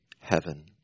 heaven